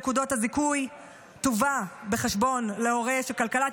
נקודות הזיכוי יובאו בחשבון להורה שכלכלת